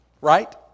Right